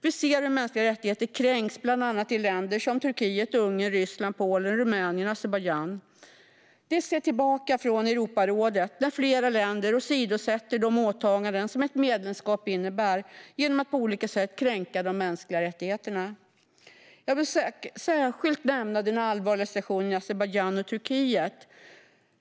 Vi ser hur mänskliga rättigheter kränks i länder som Turkiet, Ungern, Ryssland, Polen, Rumänien och Azerbajdzjan. Det är ett steg tillbaka från Europarådet, där flera länder åsidosätter de åtaganden som ett medlemskap innebär genom att på olika sätt kränka de mänskliga rättigheterna. Jag vill särskilt nämna den allvarliga situationen i Azerbajdzjan och Turkiet.